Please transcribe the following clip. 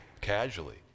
casually